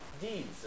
deeds